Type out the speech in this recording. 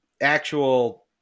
actual